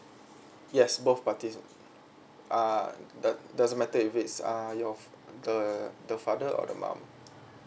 yes both parties uh does doesn't matter if it's uh your the the father or the mom